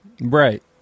Right